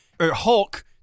Hulk